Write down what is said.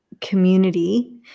community